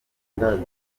ruganda